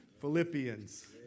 Philippians